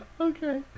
Okay